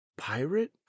pirate